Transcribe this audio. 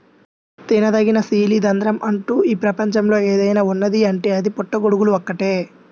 తినదగిన శిలీంద్రం అంటూ ఈ ప్రపంచంలో ఏదైనా ఉన్నదీ అంటే అది పుట్టగొడుగులు ఒక్కటే